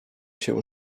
się